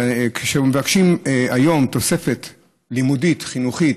כשמבקשים היום תוספת לימודית-חינוכית,